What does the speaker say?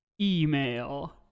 email